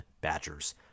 Badgers